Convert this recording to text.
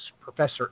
Professor